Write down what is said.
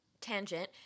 tangent